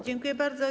Dziękuję bardzo.